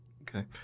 Okay